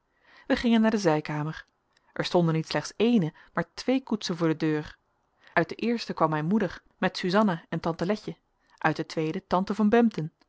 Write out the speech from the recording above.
wij gingen naar de zijkamer er stonden niet slechts eene maar twee koetsen voor de deur uit de eerste kwam mijn moeder met susanna en tante letje uit de tweede tante van